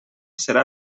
serà